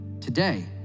today